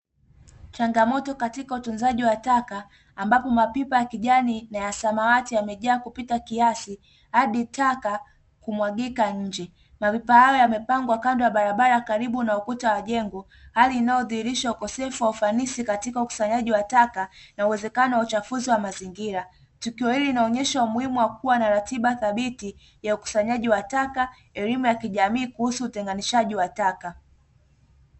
Changamoto katika utunzaji wa taka, ambapo mapipa ya kijani na ya samawati yamejaa kupita kiasi hadi taka kumwagika nje, mapipa hayo yamepangwa kando ya barabara karibu na ukuta wa jengo, hali inayodhihirisha ukosefu wa ufanisi katika ukusanyaji wa taka na uwezekano wa uchafuzi wa mazingira. Tukio hili linaonyesha umuhimu wa kuwa na ratiba thabiti ya ukusuanyaji wa taka, elimu ya kijamii kuhusu utenganishaji wa taka.